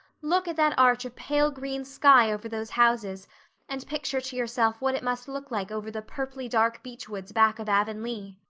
look at that arch of pale green sky over those houses and picture to yourself what it must look like over the purply-dark beech-woods back of avonlea.